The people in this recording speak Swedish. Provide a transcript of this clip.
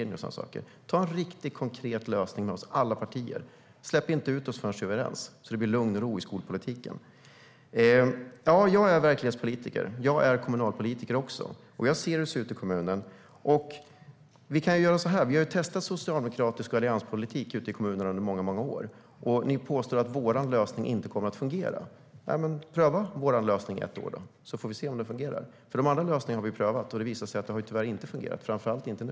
Kalla oss och föreslå en riktig och konkret lösning för alla partier, och släpp inte ut oss förrän vi är överens, så att det blir lugn och ro i skolpolitiken. Jag är verklighetspolitiker, och jag är även kommunpolitiker och ser hur det ser ut i kommunen. Vi har testat socialdemokratisk politik och allianspolitik ute i kommunerna under många år. Ni påstår att vår lösning inte kommer att fungera. Men pröva vår lösning ett år, så får vi se om den fungerar. De andra lösningarna har vi prövat, och det har visat sig att de inte har fungerat och framför allt inte nu.